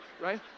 Right